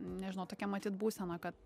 nežinau tokia matyt būsena kad